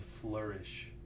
flourish